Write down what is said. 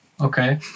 okay